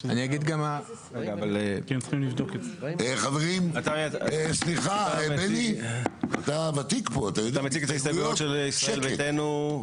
אני אגיד גם מה --- אתה מציג את ההסתייגויות של ישראל ביתנו,